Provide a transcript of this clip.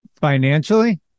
Financially